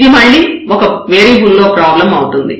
ఇది మళ్ళీ ఒక వేరియబుల్ లో ప్రాబ్లం అవుతుంది